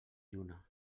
lluna